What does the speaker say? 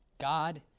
god